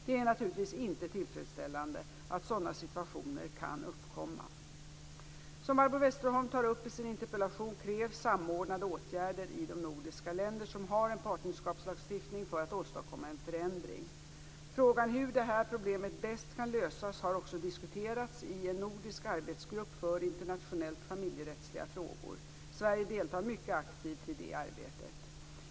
Det är naturligtvis inte tillfredsställande att sådana situationer kan uppkomma. Som Barbro Westerholm tar upp i sin interpellation krävs samordnade åtgärder i de nordiska länder som har en partnerskapslagstiftning för att åstadkomma en förändring. Frågan hur det här problemet bäst kan lösas har också diskuterats i en nordisk arbetsgrupp för internationellt familjerättsliga frågor. Sverige deltar mycket aktivt i det arbetet.